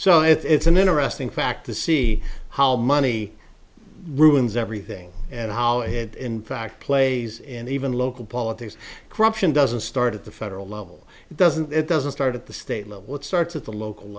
so it's an interesting fact to see how money ruins everything and how it in fact plays and even local politics corruption doesn't start at the federal level it doesn't it doesn't start at the state level it starts at the local